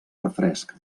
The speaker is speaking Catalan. refresc